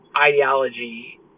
ideology